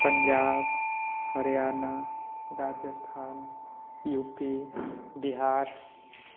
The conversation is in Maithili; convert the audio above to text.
Punjab Haryana Rajasthan U P Bihar